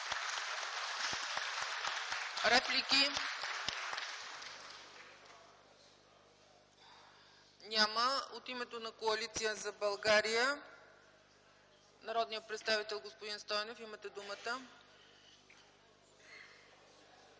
Реплики? Няма. От името на Коалиция за България - народният представител Драгомир Стойнев. Имате думата.